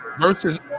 versus